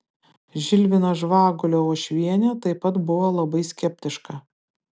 žilvino žvagulio uošvienė taip pat buvo labai skeptiška